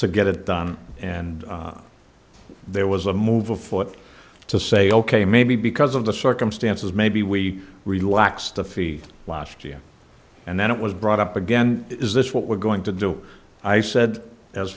to get it done and there was a move afoot to say ok maybe because of the circumstances maybe we relaxed the feed last year and then it was brought up again is this what we're going to do i said as